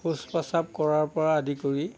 শৌচ পাচাব কৰাৰ পৰা আদি কৰি